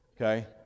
okay